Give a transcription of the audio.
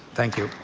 thank you.